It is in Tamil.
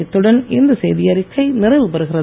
இக்துடன் இந்த செய்திஅறிக்கை நிறைவுபெறுகிறது